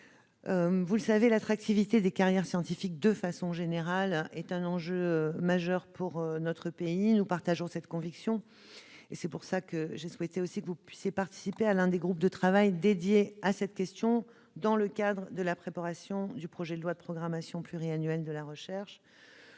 générale, l'attractivité des carrières scientifiques est un enjeu majeur pour notre pays. Nous partageons cette conviction, et c'est pourquoi j'ai souhaité que vous participiez à l'un des groupes de travail dédié à cette question dans le cadre de la préparation du projet de loi de programmation pluriannuelle de la recherche.